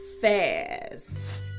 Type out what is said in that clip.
Fast